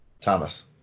thomas